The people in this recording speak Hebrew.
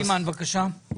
אימאן, בבקשה.